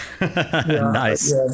Nice